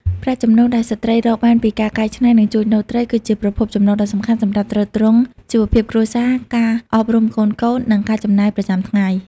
ប្រាក់ចំណូលដែលស្ត្រីរកបានពីការកែច្នៃ និងជួញដូរត្រី គឺជាប្រភពចំណូលដ៏សំខាន់សម្រាប់ទ្រទ្រង់ជីវភាពគ្រួសារ ការអប់រំកូនៗ និងការចំណាយប្រចាំថ្ងៃ។